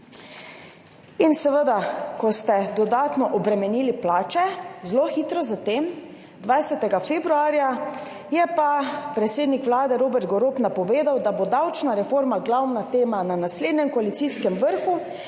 Seveda, ko ste dodatno obremenili plače, zelo hitro za tem, 20. februarja, je pa predsednik Vlade Robert Golob napovedal, da bo davčna reforma glavna tema na naslednjem koalicijskem vrhu